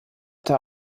der